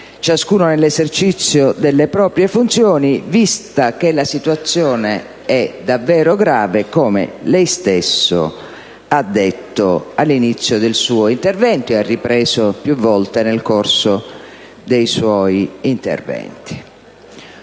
ciascuno nell'esercizio delle proprie funzioni, visto che la situazione è davvero grave, come lei stesso ha detto all'inizio del suo intervento e ha più volte ripreso nel corso dei suoi interventi.